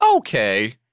Okay